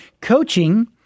Coaching